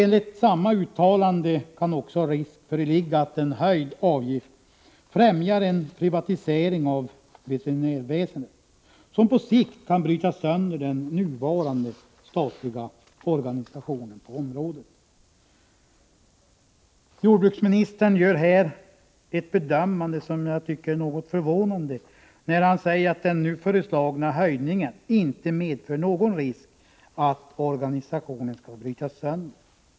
Enligt samma uttalande kan också risk föreligga att en höjd avgift främjar en privatisering av veterinärväsendet, som på sikt kan bryta sönder den nuvarande statliga organisationen på området. Jordbruksministern gör här ett bedömande som jag tycker är något förvånande, när han säger att den nu föreslagna höjningen inte medför någon risk att organisationen skall brytas sönder.